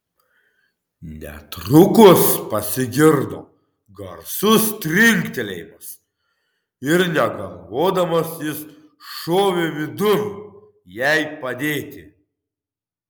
netrukus pasigirdo garsus trinktelėjimas ir negalvodamas jis šovė vidun jai padėti